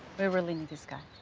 we really need this guy.